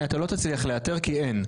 אתה לא תצליח לאתר כי אין.